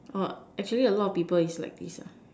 oh actually a lot of people is like this ah